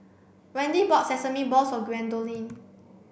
Wendy bought sesame balls for Gwendolyn